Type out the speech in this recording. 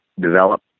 develop